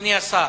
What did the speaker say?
אדוני השר,